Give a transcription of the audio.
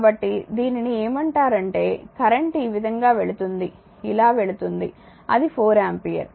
కాబట్టిదీనిని ఏమంటారంటే కరెంట్ ఈ విధంగా వెళుతుంది ఇలా వెళుతుంది అది 4 ఆంపియర్